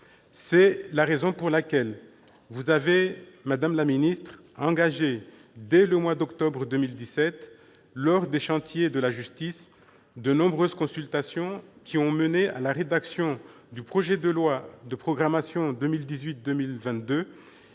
C'est la raison pour laquelle vous avez, madame la ministre, engagé dès le mois d'octobre 2017, lors des chantiers de la justice, de nombreuses consultations qui ont mené à la rédaction du projet de loi de programmation 2018-2022